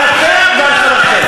על אפכם ועל חמתכם.